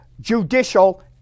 judicial